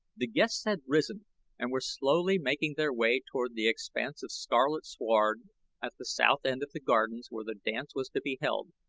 the guests had risen and were slowly making their way toward the expanse of scarlet sward at the south end of the gardens where the dance was to be held,